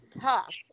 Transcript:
tough